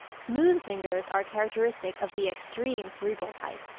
smooth fingers are characteristic of the extreme cerebral type.